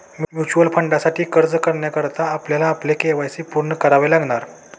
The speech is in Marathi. म्युच्युअल फंडासाठी अर्ज करण्याकरता आपल्याला आपले के.वाय.सी पूर्ण करावे लागणार